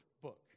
book